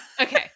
Okay